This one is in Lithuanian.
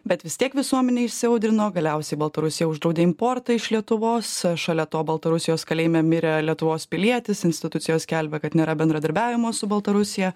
bet vis tiek visuomenė įsiaudrino galiausiai baltarusija uždraudė importą iš lietuvos šalia to baltarusijos kalėjime mirė lietuvos pilietis institucijos skelbia kad nėra bendradarbiavimo su baltarusija